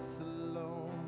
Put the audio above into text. alone